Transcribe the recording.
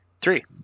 Three